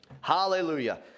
Hallelujah